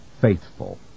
faithful